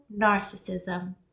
narcissism